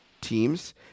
teams